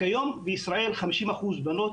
כיום בישראל 50% בנות,